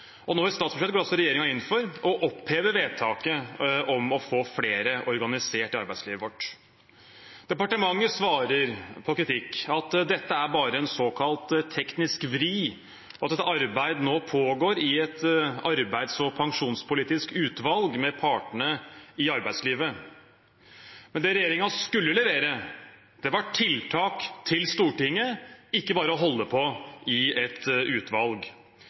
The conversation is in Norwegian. Nå, i statsbudsjettet, går altså regjeringen inn for å oppheve vedtaket om å få flere organiserte i arbeidslivet vårt. Departementet svarer – på kritikk – at dette bare er en såkalt teknisk vri, og at et arbeid nå pågår i et arbeids- og pensjonspolitisk utvalg med partene i arbeidslivet. Men det regjeringen skulle levere, var tiltak til Stortinget, ikke bare å holde på i et utvalg.